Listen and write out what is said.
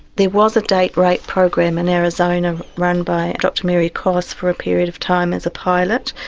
there was a date-rape program in arizona run by dr mary koss for a period of time as a pilot,